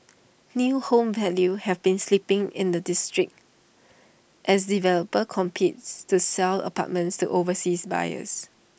new home values have been slipping in the district as developers competes to sell apartments to overseas buyers